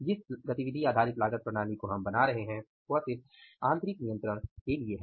जिस एबीसी लागत प्रणाली को हम बना रहे हैं वह सिर्फ आंतरिक नियंत्रण के लिए है